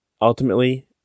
ultimately